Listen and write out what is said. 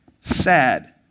sad